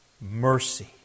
Mercy